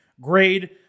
grade